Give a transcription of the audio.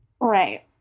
Right